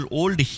old